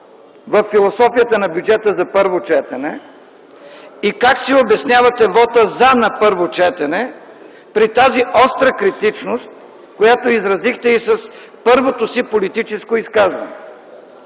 във философията на бюджета за първо четене?! Как си обяснявате вота „за” на първо четене при тази остра критичност, която изразихте и с първото си политическо изказване?